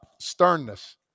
sternness